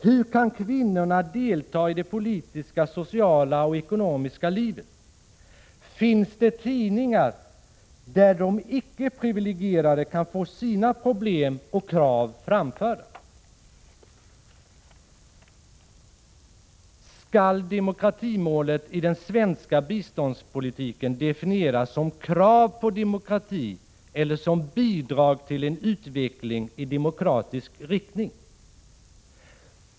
Hur kan kvinnorna delta i det politiska, sociala och ekonomiska livet? Finns det tidningar där de ickeprivilegierade kan få sina problem och krav framförda? på demokrati eller som bidrag till en utveckling i demokratisk riktning?